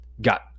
got